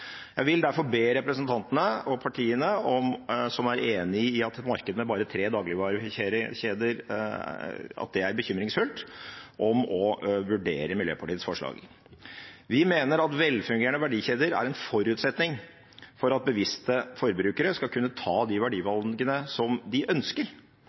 Jeg vil derfor be representantene og partiene som er enig i at et marked med bare tre dagligvarekjeder er bekymringsfullt, om å vurdere Miljøpartiet De Grønnes forslag. Vi mener at velfungerende verdikjeder er en forutsetning for at bevisste forbrukere skal kunne ta de verdivalgene de ønsker.